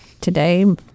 today